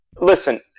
listen